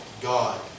God